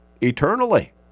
eternally